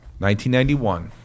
1991